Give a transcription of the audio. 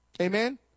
amen